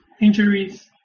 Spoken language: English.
injuries